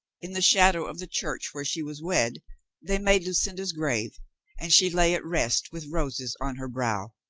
in the shadow of the church where she was wed they made lucinda's grave and she lay at rest with roses on her brow.